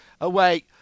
away